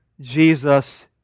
Jesus